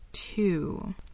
two